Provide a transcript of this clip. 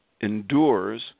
endures